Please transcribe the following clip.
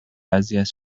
اذیت